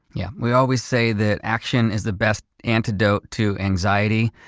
yeah, we always say that action is the best antidote to anxiety.